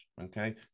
okay